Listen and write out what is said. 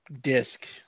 disc